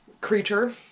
creature